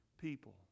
people